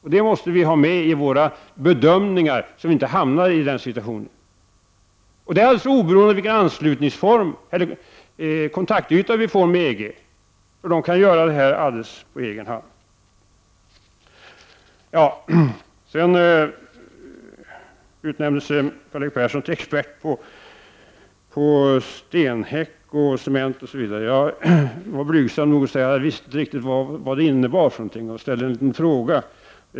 Detta måste tas med vid våra bedömningar, och detta alldeles oberoende av vilken anslutningsform eller kontaktyta med EG som vi får. EG kan göra detta helt på egen hand. Karl-Erik Persson utnämnde sig till expert på stenhäck, cement, osv. Jag var blygsam nog att säga att jag inte riktigt visste vad det innebar och ställde därför en fråga.